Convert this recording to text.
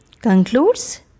concludes